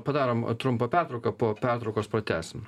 padarom trumpą pertrauką po pertraukos pratęsim